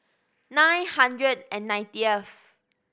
nine hundred and ninetieth